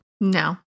No